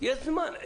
יש זמן.